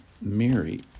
Mary